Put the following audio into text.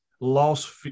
lost